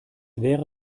wäre